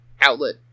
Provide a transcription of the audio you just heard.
outlet